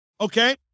Okay